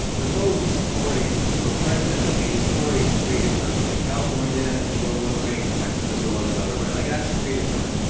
the votes already, for president at least, is already predetermined like, california is going one way, texas is going another way. like, that's predetermined,